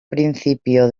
principio